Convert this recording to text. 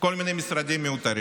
כל מיני משרדים מיותרים.